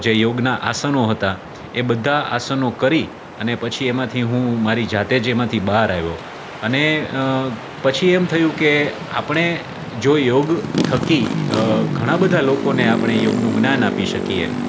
જે યોગનાં આસનો હતા એ બધાં આસનો કરી અને પછી એમાંથી હું મારી જાતે જ એમાંથી બહાર આવ્યો અને પછી એમ થયું કે આપણે જો યોગ થકી ઘણાં બધાં લોકોને આપણે યોગનું જ્ઞાન આપી શકીએ